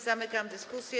Zamykam dyskusję.